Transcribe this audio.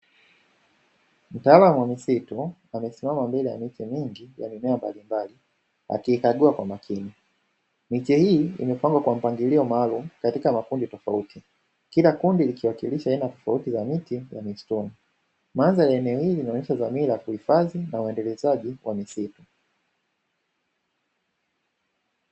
Mtaalamu wa misitu amesimama mbele ya miche mingi ya mimea mbalimbali akiikagua kwa makini. Miche hii imepangwa kwa mpangilio maalumu katika makundi tofauti, kila kundi likiwakilisha aina tofauti ya miti ya mistuni. Mandhari ya eneo hili inaonesha dhamira ya kuhifadhi na uendelezaji wa misitu.